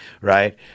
right